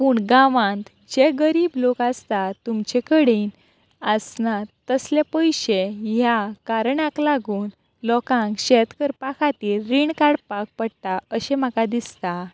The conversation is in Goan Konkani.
पूण गांवांत जे गरीब लोक आसता तुमचे कडेन आसनात तसले पयशे ह्या कारणाक लागून लोकांक शेत करपा खातीर रीण काडपाक पडटा अशें म्हाका दिसता